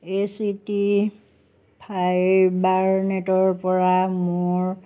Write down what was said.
এ C T ফাইবাৰনেটৰপৰা মোৰ